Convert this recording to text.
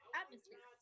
atmosphere